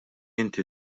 inti